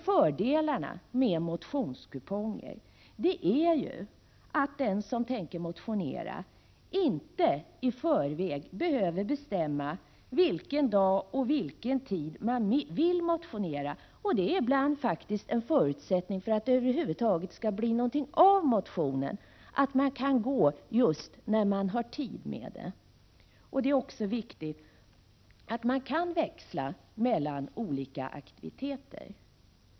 Fördelen med motionskuponger är ju att den som tänker motionera inte i förväg behöver bestämma vilken dag och tid hon eller han vill motionera, och det är ibland faktiskt en förutsättning för att det över huvud taget skall bli någonting av med motionen att man kan gå just när man har tid med det. Det är också viktigt att man kan växla mellan olika aktiviteter.